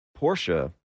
Porsche